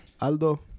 Aldo